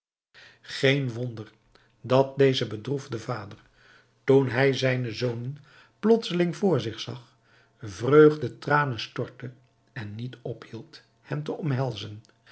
geen wonder dat deze bedroefde vader toen hij zijne zonen plotseling voor zich zag vreugdetranen stortte en niet ophield hen te omhelzen